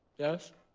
yes.